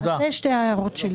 אלה שתי ההערות שלי.